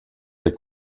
der